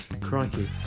Crikey